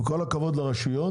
עם כל הכבוד לרשויות